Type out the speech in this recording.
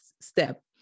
step